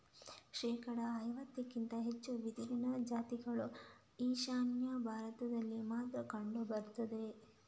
ಶೇಕಡಾ ಐವತ್ತಕ್ಕಿಂತ ಹೆಚ್ಚು ಬಿದಿರಿನ ಜಾತಿಗಳು ಈಶಾನ್ಯ ಭಾರತದಲ್ಲಿ ಮಾತ್ರ ಕಂಡು ಬರ್ತವೆ